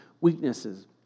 weaknesses